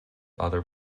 other